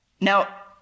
Now